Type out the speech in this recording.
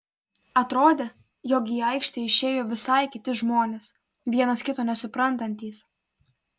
atrodė jog į aikštę išėjo visai kiti žmonės vienas kito nesuprantantys